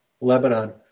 Lebanon